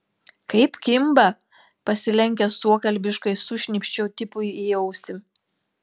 kaip kimba pasilenkęs suokalbiškai sušnypščiau tipui į ausį